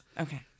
Okay